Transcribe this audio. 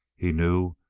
he knew,